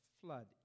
flood